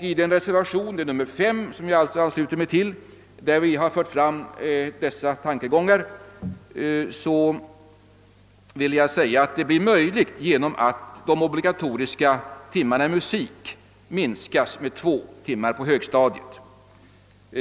I reservationen 5, till vilken jag ansluter mig, har vi fört fram dessa tankegångar. Denna reform blir möjlig genom att den obligatoriska undervisningen i musik minskas med två timmar på högstadiet.